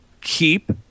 Keep